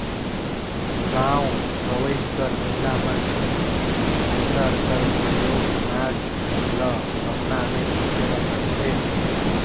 गाँव गंवई कर महिला मन मूसर कर परियोग अनाज ल बहना मे कूटे बर करथे